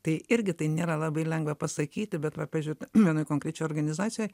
tai irgi tai nėra labai lengva pasakyti bet va pavyzdžiui vienoj konkrečioj organizacijoj